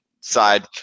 side